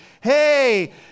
hey